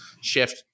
shift